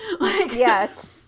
Yes